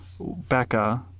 Becca